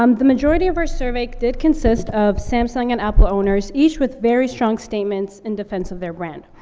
um the majority of our survey did consist of samsung and apple owners, each with very strong statements in defense of their brand.